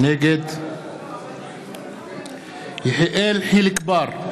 נגד יחיאל חיליק בר,